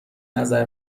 نظر